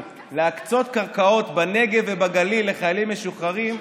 להקצות קרקעות בנגב ובגליל לחיילים משוחררים,